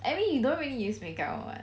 I mean you don't really use makeup or what